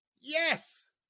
yes